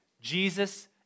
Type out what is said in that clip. Jesus